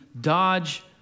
Dodge